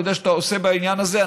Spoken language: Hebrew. אני יודע שאתה עושה בעניין הזה,